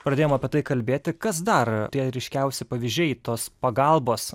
pradėjom apie tai kalbėti kas dar tie ryškiausi pavyzdžiai tos pagalbos